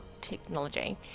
Technology